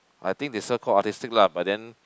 I think they still call artistic lah but then